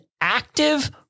active